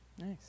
Nice